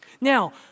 Now